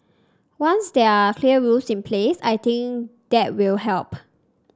once there are clear rules in place I think that will help